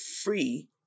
free